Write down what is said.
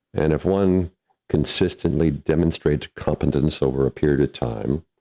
and if one consistently demonstrates competence over a period of time,